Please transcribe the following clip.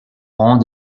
rang